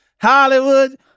Hollywood